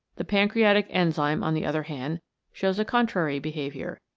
the pancreatic enzyme on the other hand shows a contrary behaviour.